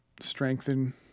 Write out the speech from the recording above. strengthen